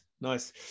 nice